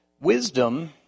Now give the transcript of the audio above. Wisdom